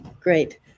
great